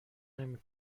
نمی